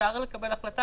אפשר לקבל החלטה